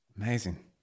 Amazing